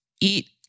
eat